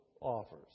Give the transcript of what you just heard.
offers